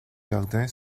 jardin